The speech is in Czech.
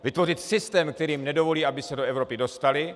Vytvořit systém, který jim nedovolí, aby se do Evropy dostali.